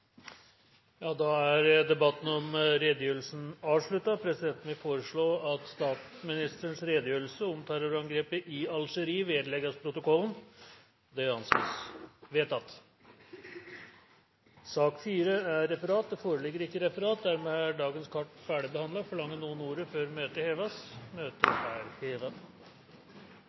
Da er debatten om redegjørelsen avsluttet. Presidenten vil foreslå at statsministerens redegjørelse om terrorangrepet i Algerie vedlegges protokollen. – Det anses vedtatt. Det foreligger ikke noe referat. Dermed er dagens kart ferdigbehandlet. Forlanger noen ordet før møtet heves? – Møtet er